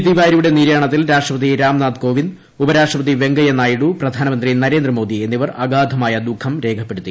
തിവാരിയുടെ നിര്യാണത്തിൽ രാഷ്ട്രപതി രാംനാഥ് കോവിന്ദ് ഉപരാഷ്ട്രപതി വെങ്കയ്യനായിഡു പ്രധാനമന്ത്രി നരേന്ദ്രമോദി എന്നിവർ അഗാധമായ ദുഃഖം രേഖപ്പെടുത്തി